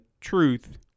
Truth